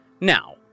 Now